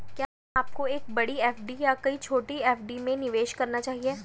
क्या आपको एक बड़ी एफ.डी या कई छोटी एफ.डी में निवेश करना चाहिए?